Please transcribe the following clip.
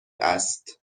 است